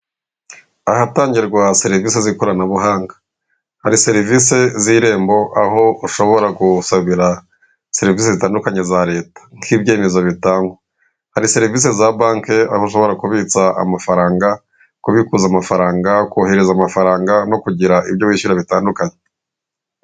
Ahatangirwa guha serivisi z'ikoranabuhanga hari serivisi z'irembo aho ushobora gusabira serivisi zitandukanye za leta, nk'ibyemezo bitangwa hari serivisi za banki abashobora kubitsa amafaranga, kubikuza amafaranga kohereza amafaranga, no kugira ibyo wishyura bitandukanye.